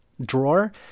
drawer